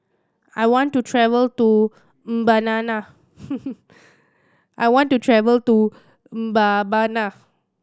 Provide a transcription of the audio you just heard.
I want to travel to I want to travel to Mbabana